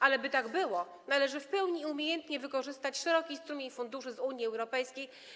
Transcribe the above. Ale by tak było, należy w pełni i umiejętnie wykorzystać szeroki strumień funduszy z Unii Europejskiej.